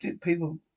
people